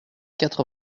quatre